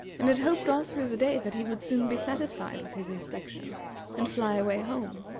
and had hoped all through the day that he would soon be satisfied with his inspection and fly away home.